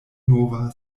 nova